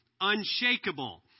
unshakable